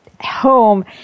home